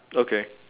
okay